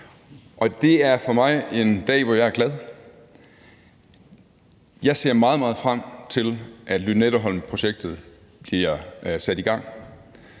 Det er for mig en dag, hvor jeg er glad. Jeg ser meget, meget frem til, at Lynetteholmprojektet bliver sat i gang.